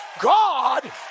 God